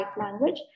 language